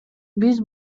биз